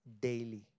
daily